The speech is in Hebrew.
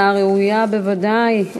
הצעה ראויה, בוודאי.